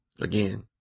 Again